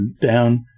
down